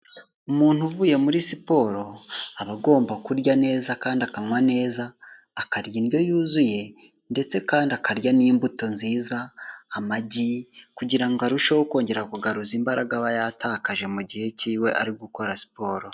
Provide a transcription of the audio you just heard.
Umuntu uvuye muri siporo aba agomba kurya neza kandi akanywa neza, akarya indyo yuzuye ndetse kandi akarya n'imbuto nziza, amagi, kugira ngo arusheho kongera kugaruza imbaraga aba yatakaje mu gihe cy'iwe ari gukora siporo.